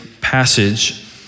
passage